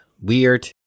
weird